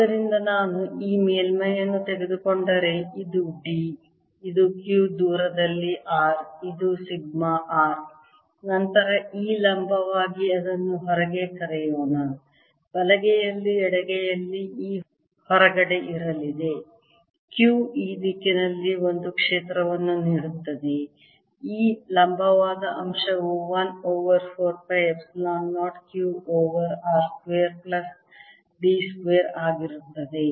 ಆದ್ದರಿಂದ ನಾನು ಈ ಮೇಲ್ಮೈಯನ್ನು ತೆಗೆದುಕೊಂಡರೆ ಇದು d ಇದು q ದೂರದಲ್ಲಿ r ಇದು ಸಿಗ್ಮಾ r ನಂತರ E ಲಂಬವಾಗಿ ಅದನ್ನು ಹೊರಗೆ ಕರೆಯೋಣ ಬಲಗೈಯಲ್ಲಿ ಎಡಗೈಯಲ್ಲಿ E ಹೊರಗಡೆ ಇರಲಿದೆ q ಈ ದಿಕ್ಕಿನಲ್ಲಿ ಒಂದು ಕ್ಷೇತ್ರವನ್ನು ನೀಡುತ್ತದೆ ಈ ಲಂಬವಾದ ಅಂಶವು 1 over 4 pi epsilon 0 q over r square plus d square ಆಗಿರುತ್ತದೆ